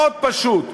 מאוד פשוט.